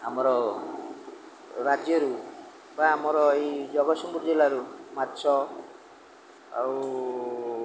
ଆମର ରାଜ୍ୟରୁ ବା ଆମର ଏଇ ଜଗତସିଂହପୁର ଜିଲ୍ଲାରୁ ମାଛ ଆଉ